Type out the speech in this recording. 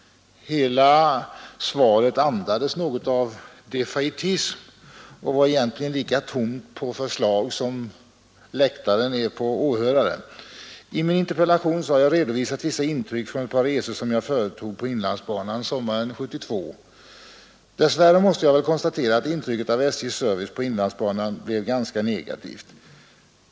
Hela svaret andades något av defaitism och var egentligen lika tomt på förslag som läktaren är på åhörare. I min interpellation har jag redovisat vissa intryck från ett par resor som jag företog på inlandsbanan sommaren 1972. Dess värre måste jag konstatera att intrycket av SJ:s service på inlandsbanan blev ganska negativt.